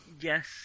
Yes